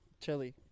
chili